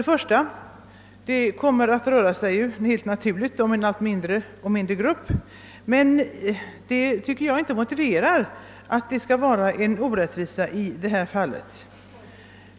Jag finner nu av svaret att det — vilket är helt naturligt — kommer att röra sig om en allt mindre grupp, men det tycker jag inte motiverar att det skall vara en orättvisa i detta fall.